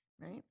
right